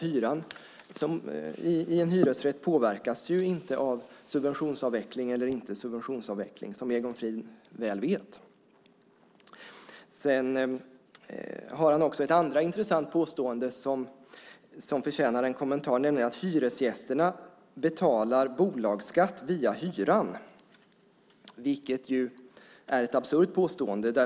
Hyran i en hyresrätt påverkas ju inte av subventionsavveckling eller inte subventionsavveckling, vilket Egon Frid mycket väl vet. Egon Frid har också ett annat intressant påstående som förtjänar en kommentar, nämligen att hyresgästerna betalar bolagsskatt via hyran. Det är ett absurt påstående.